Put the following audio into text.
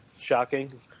Shocking